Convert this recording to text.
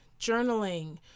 journaling